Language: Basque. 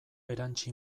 erantsi